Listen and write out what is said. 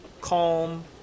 calm